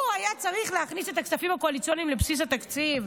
הוא היה צריך להכניס את הכספים הקואליציוניים לבסיס התקציב.